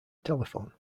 telephone